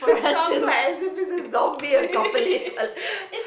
sounds like as if it's a zombie acopalypse